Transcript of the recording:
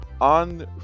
on